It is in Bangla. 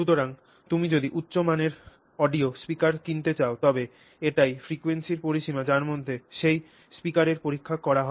সুতরাং তুমি যদি উচ্চ মানের মানের অডিও স্পিকার কিনতে চাও তবে এটিই ফ্রিকোয়েন্সির পরিসীমা যার মধ্যে সেই স্পিকারের পরীক্ষা করা হয়